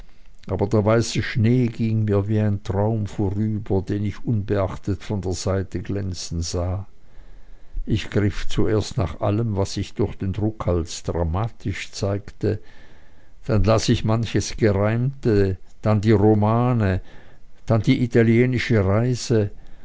aber der weiße schnee ging mir wie ein traum vorüber den ich unbeachtet von der seite glänzen sah ich griff zuerst nach allem was sich durch den druck als dramatisch zeigte dann las ich manches gereimte dann die romane dann die italienische reise